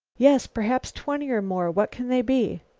yes, perhaps twenty or more. what can they be?